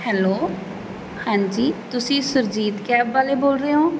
hello ਹਾਂਜੀ ਤੁਸੀਂ Surjit cab ਵਾਲੇ ਬੋਲ ਰਹੇ ਹੋ